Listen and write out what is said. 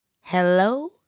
Hello